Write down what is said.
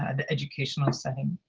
and the educational setting.